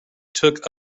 took